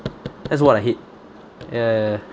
that's what I hate ya ya ya